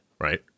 right